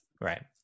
right